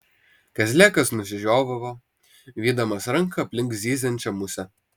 kazlėkas nusižiovavo vydamas ranka aplink zyziančią musę